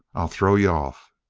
i'll throw you off!